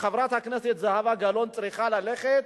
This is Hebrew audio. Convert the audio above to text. שחברת הכנסת זהבה גלאון צריכה ללכת